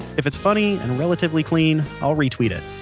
if it's funny and relatively clean, i'll retweet it.